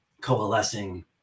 coalescing